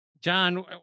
john